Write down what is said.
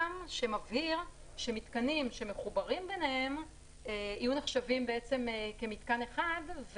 שמבהיר שמתקנים שמחוברים ביניהם ייחשבו מתקן אחד.